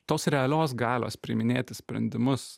tos realios galios priiminėti sprendimus